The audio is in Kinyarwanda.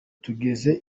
tugeze